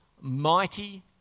mighty